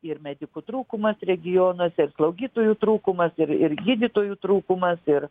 ir medikų trūkumas regionuose ir slaugytojų trūkumas ir ir gydytojų trūkumas ir